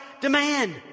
demand